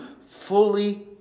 fully